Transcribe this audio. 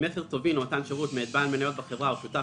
מכר טובין או מתן שירות מאת בעל מניות בחברה או שותף